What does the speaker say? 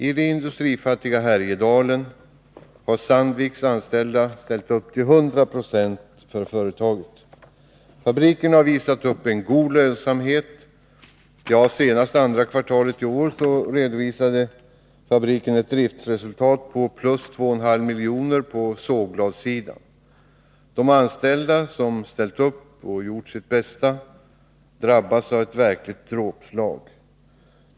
I det industrifattiga Härjedalen har Sandviks anställda ställt upp till hundra procent för företaget. Fabriken har visat upp en god lönsamhet — för andra kvartalet i år redovisade den ett driftresultat på plus 2,5 miljoner på sågbladssidan. De anställda, som har ställt upp och gjort sitt bästa, drabbas av ett verkligt dråpslag.